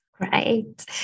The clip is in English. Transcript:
Great